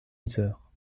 yzeure